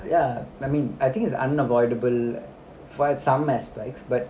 ya I mean I think is unavoidable for some aspects but